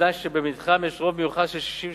ובתנאי שבמתחם יש רוב מיוחס של 66%